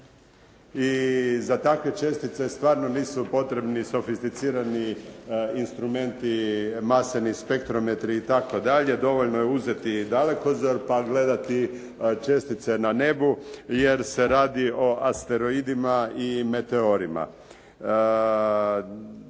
I za takve čestice stvarno nisu potrebni sofisticirani instrumenti, maseni spektrometri itd. Dovoljno je uzeti dalekozor pa gledati čestice na nebu, jer se radi o asteroidima i meteorima.